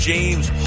James